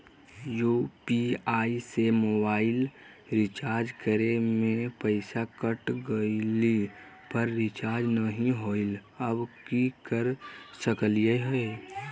UPI से mobile recharge करे में पैसा कट गेलई, पर रिचार्ज नई होलई, अब की कर सकली हई?